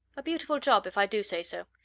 a beautiful job, if i do say so.